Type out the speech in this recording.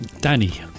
Danny